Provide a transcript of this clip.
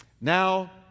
now